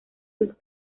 sus